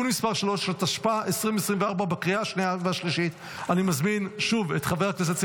בעד, 17, שלושה נגד, אין נמנעים, נוכח אחד.